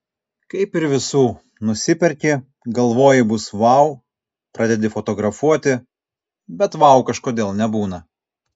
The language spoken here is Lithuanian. kaip ir visų nusiperki galvoji bus vau pradedi fotografuoti bet vau kažkodėl nebūna